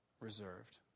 reserved